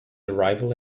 arrival